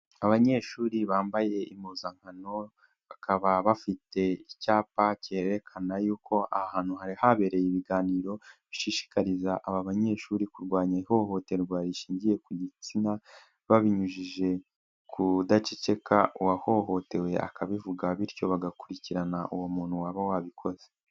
Abanyeshuri bambaye impuzankano, bakaba bafite icyapa cyerekana y'uko aha hantu hari habereye ibiganiro bishishikariza aba banyeshuri kurwanya ihohoterwa rishingiye ku gitsina babinyujije ku kudaceceka, uwahohotewe akabivuga bityo bagakurikirana uwo muntu waba wabikoze.